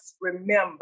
remember